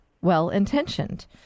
well-intentioned